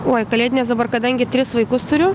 oi kalėdinės dabar kadangi tris vaikus turiu